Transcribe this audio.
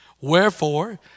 Wherefore